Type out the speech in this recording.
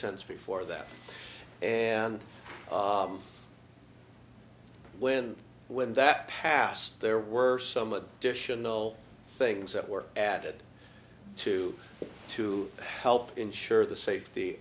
sense before that and when when that passed there were some additional things that were added to to help insure the safety